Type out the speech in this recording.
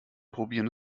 probieren